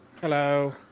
Hello